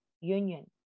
union